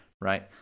right